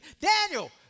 Daniel